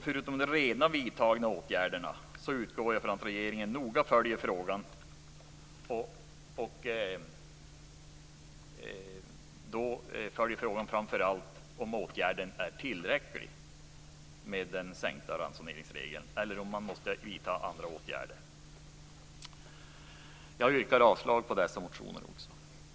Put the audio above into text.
Förutom de redan vidtagna åtgärderna utgår jag från att regeringen noga följer frågan, och då framför allt om åtgärden med regeln om sänkt ransonering är tillräcklig eller om man måste vidta andra åtgärder. Jag yrkar avslag på dessa reservationer.